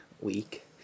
week